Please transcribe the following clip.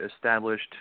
established